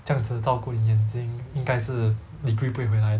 这样子照顾你的眼睛因该是 degree 不会回来的